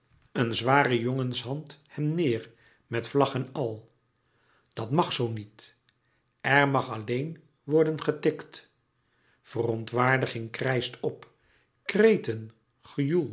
een zware jongenshand hem neêr met vlag en al louis couperus metamorfoze dat mag zoo niet er mag alleen worden getikt verontwaardiging krijscht op kreten